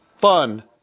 fun